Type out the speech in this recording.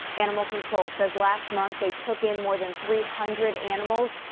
animal control says last month they took in more than three hundred animals.